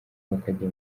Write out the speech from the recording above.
bakajya